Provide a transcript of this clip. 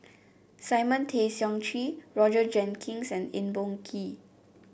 Simon Tay Seong Chee Roger Jenkins and Eng Boh Kee